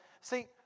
See